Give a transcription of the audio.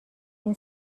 این